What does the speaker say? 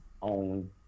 on